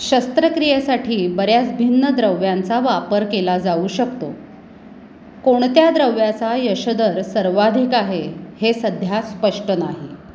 शस्त्रक्रियेसाठी बऱ्याच भिन्न द्रव्यांचा वापर केला जाऊ शकतो कोणत्या द्रव्याचा यश दर सर्वाधिक आहे हे सध्या स्पष्ट नाही